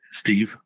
Steve